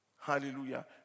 Hallelujah